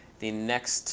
the next